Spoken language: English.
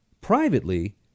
Privately